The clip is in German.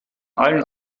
allen